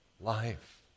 life